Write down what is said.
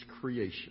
creation